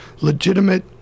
legitimate